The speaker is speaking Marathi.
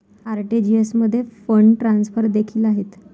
आर.टी.जी.एस मध्ये फंड ट्रान्सफर देखील आहेत